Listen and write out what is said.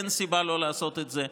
אין סיבה לא לעשות את זה.